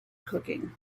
cooking